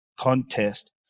contest